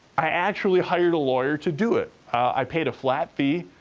i actually hired a lawyer to do it. i paid a flat fee,